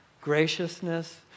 graciousness